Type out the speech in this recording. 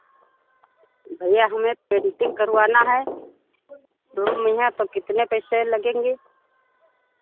भैया हमें पेन्टिंग करवाना है दो रूम हैं तो कितने पैसे लगेंगे